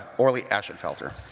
orley ashenfelter.